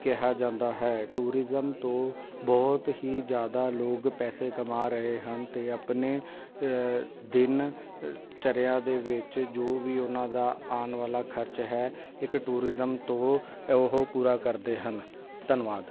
ਕਿਹਾ ਜਾਂਦਾ ਹੈ ਟੂਰਿਜ਼ਮ ਤੋਂ ਬਹੁਤ ਹੀ ਜ਼ਿਆਦਾ ਲੋਕ ਪੈਸੇ ਕਮਾ ਰਹੇ ਹਨ ਅਤੇ ਆਪਣੇ ਦਿਨ ਚਰਿਆ ਦੇ ਵਿੱਚ ਜੋ ਵੀ ਉਹਨਾਂ ਦਾ ਆਉਣ ਵਾਲਾ ਖਰਚ ਹੈ ਇੱਕ ਟੂਰਿਜ਼ਮ ਤੋਂ ਉਹ ਪੂਰਾ ਕਰਦੇ ਹਨ ਧੰਨਵਾਦ